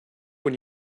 when